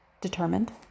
determined